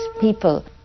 people